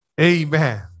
Amen